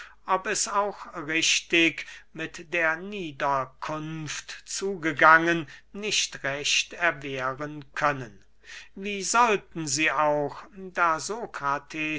ob es auch richtig mit der niederkunft zugegangen nicht recht erwehren können wie sollten sie auch da